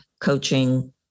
coaching